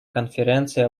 конференции